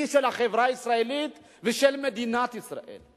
של החברה הישראלית ושל מדינת ישראל.